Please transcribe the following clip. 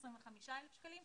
הקנס הוא 25,000 שקלים.